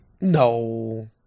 No